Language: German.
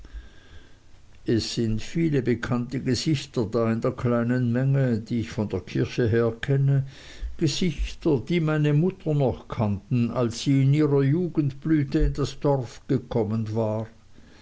es sind viele bekannte gesichter da in der kleinen menge die ich von der kirche her kenne gesichter die meine mutter noch kannten als sie in ihrer jugendblüte in das dorf gekommen war